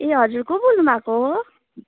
ए हजुर को बोल्नु भएको